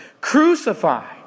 Crucify